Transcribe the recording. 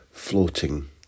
floating